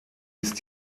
ist